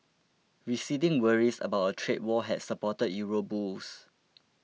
receding worries about a trade war had supported euro bulls